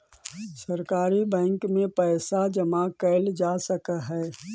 सहकारी बैंक में पइसा जमा कैल जा सकऽ हइ